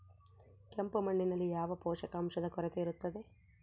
ಕೆಂಪು ಮಣ್ಣಿನಲ್ಲಿ ಯಾವ ಪೋಷಕಾಂಶದ ಕೊರತೆ ಇರುತ್ತದೆ?